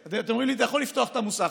אתם אומרים לי: אתה יכול לפתוח את המוסך,